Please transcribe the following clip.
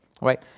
right